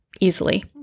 easily